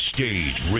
Stage